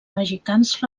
mexicans